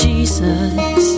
Jesus